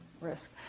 risk